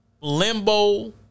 Limbo